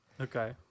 Okay